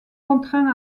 contraint